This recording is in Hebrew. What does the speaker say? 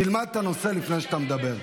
תלמד את הנושא לפני שאתה מדבר.